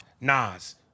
Nas